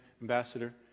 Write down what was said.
ambassador